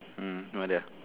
mm noted